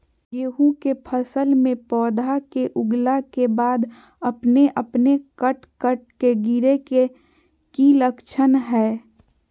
गेहूं के फसल में पौधा के उगला के बाद अपने अपने कट कट के गिरे के की लक्षण हय?